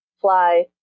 fly